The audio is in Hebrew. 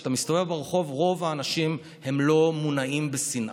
כשאתה מסתובב ברחוב, רוב האנשים לא מונעים משנאה,